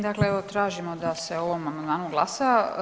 Dakle, evo tražimo da se o ovom amandmanu glasa.